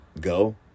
go